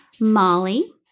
Molly